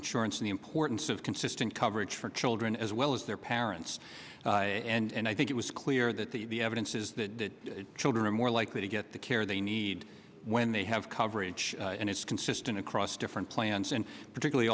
insurance and the importance of consistent coverage for children as well as their parents and i think it was clear that the evidence is that children are more likely to get the care they need when they have coverage and it's consistent across different plans and particularly